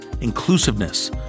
inclusiveness